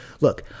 Look